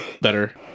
better